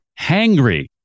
Hangry